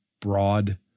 broad